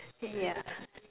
yeah